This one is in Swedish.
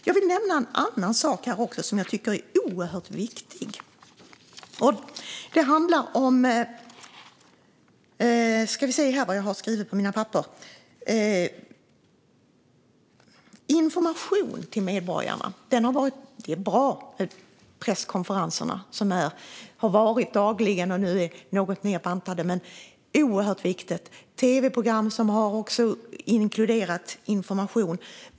Jag vill nämna en annan sak som jag tycker är oerhört viktig, och det är information till medborgarna. De presskonferenser som har hållits dagligen och som nu är något nedbantade är bra; det är oerhört viktigt. Vi har även tv-program som har inkluderat information.